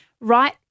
right